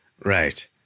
right